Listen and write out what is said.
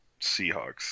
Seahawks